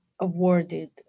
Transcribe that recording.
awarded